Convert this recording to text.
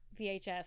vhs